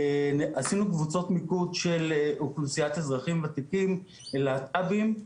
עשינו קבוצות מיקוד של אוכלוסיית אזרחים וותיקים להט"בים,